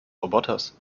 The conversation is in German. roboters